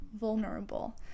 vulnerable